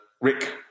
Rick